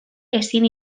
ezin